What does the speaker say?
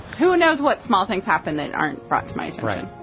who knows what small things happen that aren't brought to mind. right